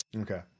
Okay